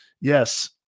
Yes